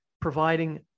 providing